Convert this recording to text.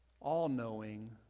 all-knowing